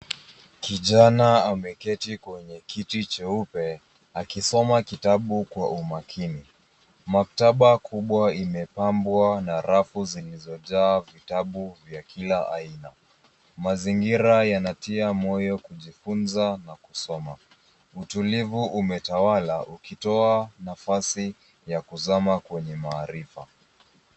Kijana ameketi kwenye kiti cheupe, akisoma kitabu kwa umakini. Maktaba kubwa imepambwa na rafu zilizojaa vitabu vya kila aina. Mazingira yanatia moyo kujifunza na kusoma. Utulivu umetawala, ukitoa nafasi ya kuzama kwenye maarifa.